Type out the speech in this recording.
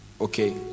okay